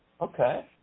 Okay